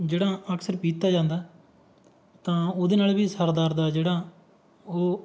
ਜਿਹੜਾ ਅਕਸਰ ਪੀਤਾ ਜਾਂਦਾ ਤਾਂ ਉਹਦੇ ਨਾਲ ਵੀ ਸਿਰ ਦਰਦ ਆ ਜਿਹੜਾ ਉਹ